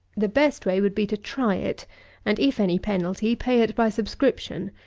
the best way would be to try it and, if any penalty, pay it by subscription,